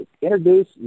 introduce